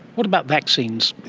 what about vaccines?